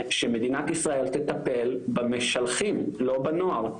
שמדינת ישראל תטפל במשלחים לא בנוער,